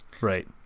Right